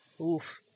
Oof